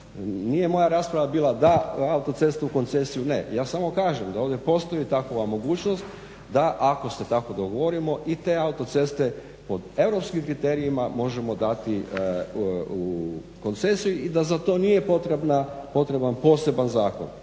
nije moja rasprava bila da autoceste u koncesiju ne, ja samo kažem da ovdje postoji takva mogućnost da ako se tako dogovorimo i te autoceste pod europskim kriterijima možemo dati u koncesiju i da za to nije potreban poseban zakon.